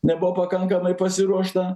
nebuvo pakankamai pasiruošta